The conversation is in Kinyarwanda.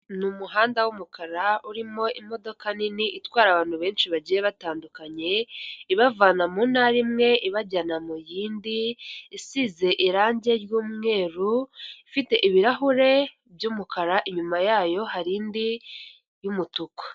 N'umuhanda w'umukara urimo imodoka nini itwara abantu benshi bagiye batandukanye ibavana muntara imwe ibajyana m'iyindi isize irangi ry'umweru ifite ibirahure by'umukara inyuma yayo hari indi y'umutuku.